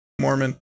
Mormon